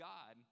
God